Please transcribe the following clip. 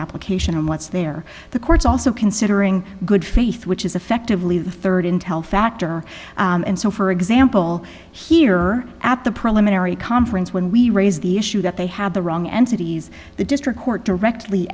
application and what's there the court's also considering good faith which is effectively the rd intel factor and so for example here at the preliminary conference when we raise the issue that they have the wrong entities the district court directly